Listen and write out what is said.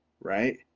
right